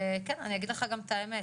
ואני אגיד לך את האמת,